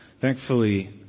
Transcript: Thankfully